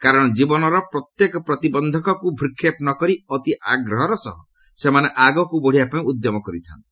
କାରଣ ଜୀବନରେ ପ୍ରତ୍ୟେକ ପ୍ରତିବନ୍ଧକକୁ ଭ୍ରକ୍ଷେପ ନ କରି ଅତି ଆଗ୍ରହର ସହ ସେମାନେ ଆଗକୁ ବଢ଼ିବାପାଇଁ ଉଦ୍ୟମ କରିଥା'ନ୍ତି